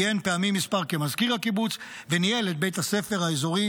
כיהן פעמים מספר כמזכיר הקיבוץ וניהל את בית הספר האזורי